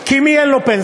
כי, מי אין לו פנסיה?